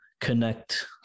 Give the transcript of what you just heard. connect